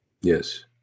Yes